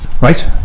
Right